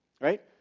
right